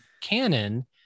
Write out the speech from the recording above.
canon